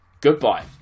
goodbye